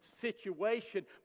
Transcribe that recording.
situation